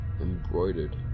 embroidered